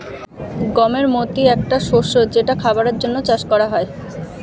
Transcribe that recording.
গমের মতি একটা শস্য যেটা খাবারের জন্যে চাষ করা হয়